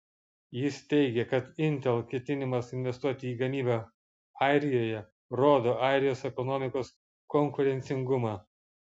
jis teigė kad intel ketinimas investuoti į gamybą airijoje rodo airijos ekonomikos konkurencingumą